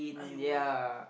!aiyo!